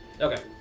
Okay